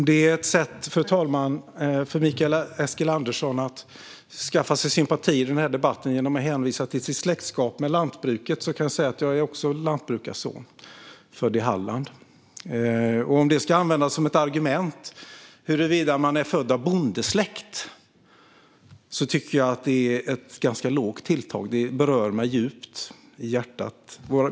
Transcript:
Fru talman! Om Mikael Eskilandersson skaffar sig sympati i denna debatt genom att hänvisa till sitt släktskap med lantbruket kan jag säga att jag också är lantbrukarson, född i Halland. Om det ska användas som ett argument, huruvida man är född av bondesläkt, tycker jag att det är ett ganska lågt tilltag. Det berör mig djupt i hjärtat.